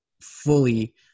fully